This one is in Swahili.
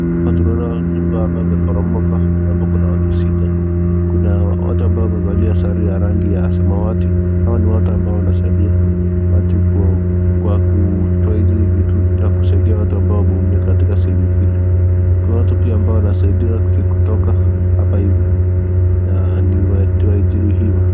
Hapa tunaona nyumba ambayo imeporomoka, na hapa kuna watu sita. Kuna watu ambao wamevalia sare ya rangi ya samawati. Hawa ni watu ambao wanasaidia watu kwa kutoa hizi vitu na kusaidia watu ambao wameumia katika sehemu hili. Kuna watu pia ambao wanasaidiwa kutoka hapa hivi, na ni waliojeruhiwa.